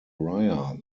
ria